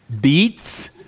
Beets